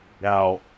Now